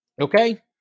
Okay